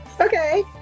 Okay